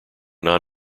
non